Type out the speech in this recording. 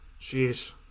Jeez